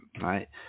right